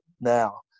now